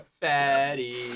Fatty